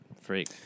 Freak